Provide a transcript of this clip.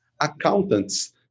accountants